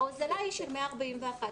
ההוזלה היא של 141 שקלים.